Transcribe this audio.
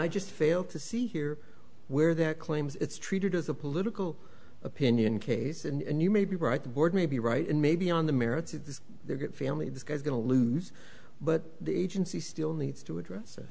i just fail to see here where that claims it's treated as a political opinion case and you may be right the board may be right and maybe on the merits of this good family this guy's going to lose but the agency still needs to address